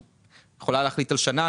יכולה להחליט על שנה,